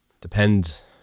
depends